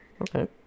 okay